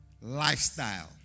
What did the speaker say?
lifestyle